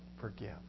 forgive